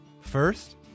First